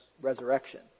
resurrection